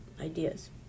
ideas